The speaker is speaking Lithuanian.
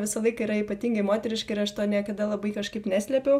visą laiką yra ypatingai moteriška ir aš to niekada labai kažkaip neslėpiau